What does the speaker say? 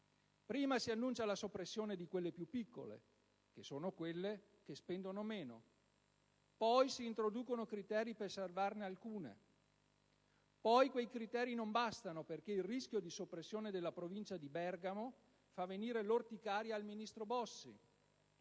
prima si annuncia la soppressione di quelle più piccole, che sono quelle che spendono meno; poi si introducono criteri per salvarne alcune; poi quei criteri non bastano, perché il rischio di soppressione della Provincia di Bergamo fa venire l'orticaria al ministro Bossi;